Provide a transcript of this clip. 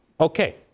Okay